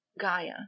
Gaia